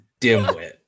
dimwit